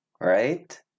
Right